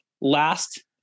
last